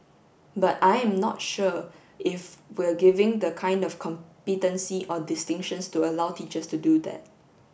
but I'm not sure if we're giving the kind of competency or distinctions to allow teachers to do that